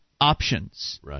options